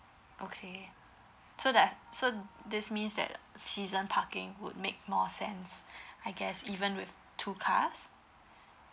okay so that so this means that season parking would make more sense I guess even with two cars